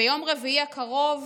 ביום רביעי הקרוב